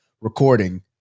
recording